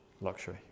luxury